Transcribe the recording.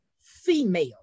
female